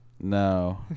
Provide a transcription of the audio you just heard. No